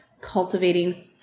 cultivating